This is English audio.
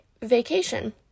vacation